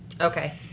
Okay